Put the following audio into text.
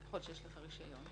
ככל שיש לך רישיון,